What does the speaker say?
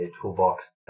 toolbox